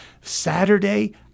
Saturday